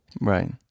right